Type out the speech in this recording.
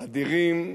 אדירים.